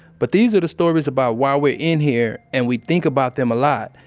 but these are the stories about why we're in here, and we think about them a lot.